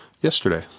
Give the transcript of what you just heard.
yesterday